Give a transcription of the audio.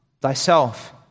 Thyself